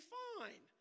fine